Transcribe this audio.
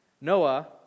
Noah